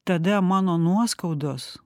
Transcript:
tada mano nuoskaudos